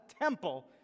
temple